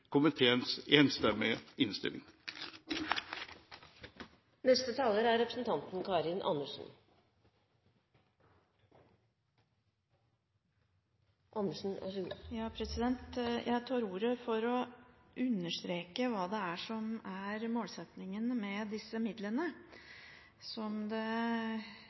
komiteens enstemmige innstilling. Jeg tar ordet for å understreke hva som er målsettingen med disse midlene. Poenget med at vi gjør det,